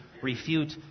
refute